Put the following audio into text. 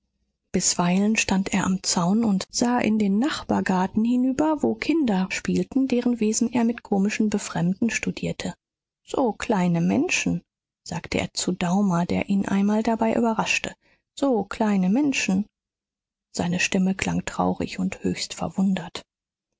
bisweilen stand er am zaun und sah in den nachbargarten hinüber wo kinder spielten deren wesen er mit komischem befremden studierte so kleine menschen sagte er zu daumer der ihn einmal dabei überraschte so kleine menschen seine stimme klang traurig und höchst verwundert